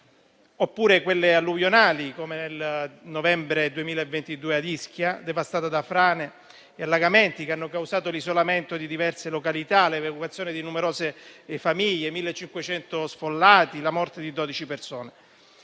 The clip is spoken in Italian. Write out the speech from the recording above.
oppure quelle alluvionali, come nel novembre 2022 ad Ischia, devastata da frane e allagamenti, che hanno causato l'isolamento di diverse località, l'evacuazione di numerose famiglie, 1.500 sfollati e la morte di dodici persone.